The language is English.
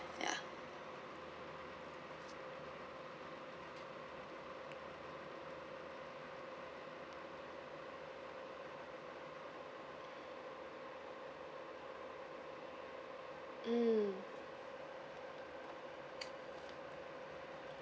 ya mm